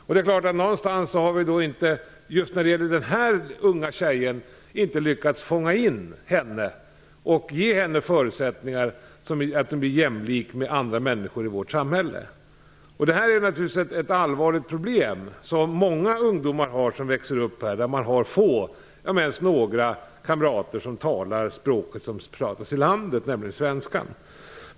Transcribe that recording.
Det står klart att vi inte har lyckats fånga in just den här unga tjejen och att hon inte fått sådana förutsättningar att hon blir jämlik andra människor i vårt samhälle. Det här är naturligtvis ett allvarligt problem som många ungdomar har som växer upp här. De här ungdomarna har få, om ens några, kamrater som talar det språk som talas i vårt land, dvs. svenska.